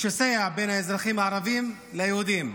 משסע בין האזרחים הערבים ליהודים,